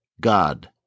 God